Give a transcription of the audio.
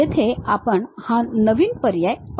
येथे आपण हा नवीन पर्याय पाहू शकतो